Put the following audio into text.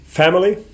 family